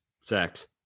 sex